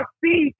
see